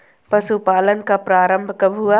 पशुपालन का प्रारंभ कब हुआ?